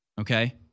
Okay